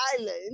Island